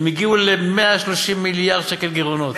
הן הגיעו ל-130 מיליארד שקל גירעונות.